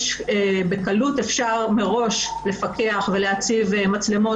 בקלות אפשר מראש להציב פקחים ומצלמות